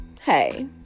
hey